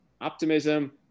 optimism